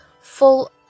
full